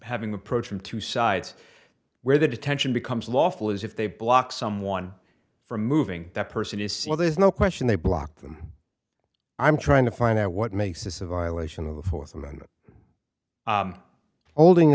having approach from two sides where the detention becomes lawful is if they block someone from moving that person is so there's no question they block them i'm trying to find out what makes this a violation of the fourth amendment holding